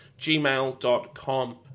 gmail.com